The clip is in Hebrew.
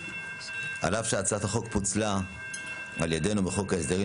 על אף שהצעת החוק פוצלה על-ידינו בחוק ההסדרים,